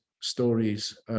stories